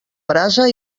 brasa